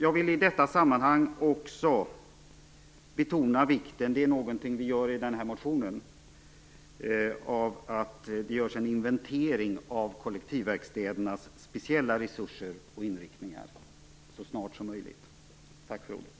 Jag vill i detta sammanhang betona vikten av att det görs en inventering av kollektivverkstädernas speciella resurser och inriktningar så snart som möjligt. Tack för ordet.